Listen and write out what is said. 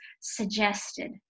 suggested